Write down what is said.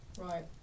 Right